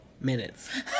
minutes